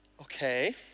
Okay